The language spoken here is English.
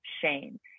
shame